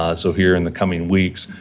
ah so, here in the coming weeks,